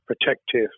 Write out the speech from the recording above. protective